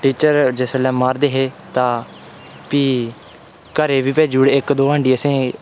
teacher जिसलै मारदे हे तां प्ही घरै गी बी भेजू ओड़दे हे इक्क दौं हांडी असें